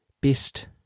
best